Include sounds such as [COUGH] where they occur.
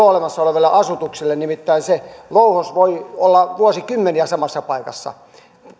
[UNINTELLIGIBLE] olemassa olevalle asutukselle nimittäin se louhos voi olla vuosikymmeniä samassa paikassa